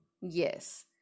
Yes